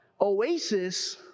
oasis